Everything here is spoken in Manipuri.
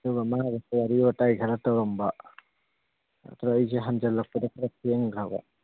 ꯑꯗꯨꯒ ꯃꯥꯒ ꯋꯥꯔꯤ ꯋꯥꯇꯥꯏ ꯈꯔ ꯇꯧꯔꯝꯕ ꯑꯗꯨꯗ ꯑꯩꯁꯦ ꯍꯟꯖꯤꯜꯂꯛꯄꯗ ꯈꯔ ꯊꯦꯡꯈ꯭ꯔꯕ